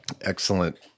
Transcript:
excellent